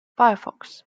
firefox